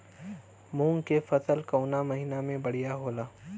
मुँग के फसल कउना महिना में बढ़ियां होला?